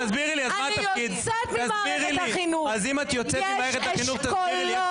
כשאני קוראת את מה שהם כותבים עלינו או על הציבור שלנו,